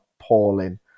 appalling